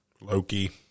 Loki